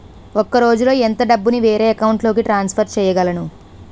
ఒక రోజులో ఎంత డబ్బుని వేరే అకౌంట్ లోకి ట్రాన్సఫర్ చేయగలను?